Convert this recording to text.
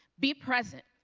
be present.